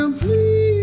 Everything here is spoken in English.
please